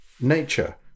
nature